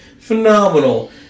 phenomenal